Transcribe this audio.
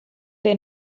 der